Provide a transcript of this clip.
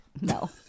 No